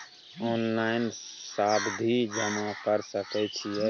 Online सावधि जमा कर सके छिये?